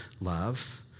love